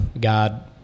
God